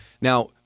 Now